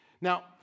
now